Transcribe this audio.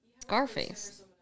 Scarface